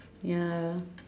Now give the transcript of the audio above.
ya